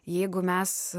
jeigu mes